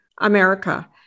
America